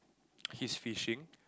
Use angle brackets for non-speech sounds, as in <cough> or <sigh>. <noise> he's fishing